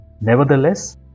Nevertheless